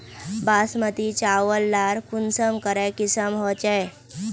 बासमती चावल लार कुंसम करे किसम होचए?